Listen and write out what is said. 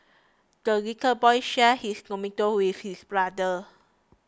the little boy shared his tomato with his brother